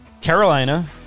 Carolina